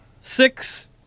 six